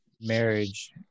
marriage